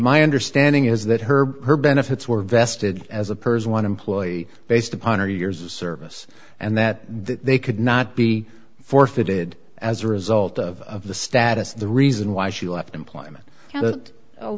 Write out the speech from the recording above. my understanding is that her her benefits were vested as a person one employee based upon her years of service and that they could not be forfeited as a result of the status of the reason why she left employment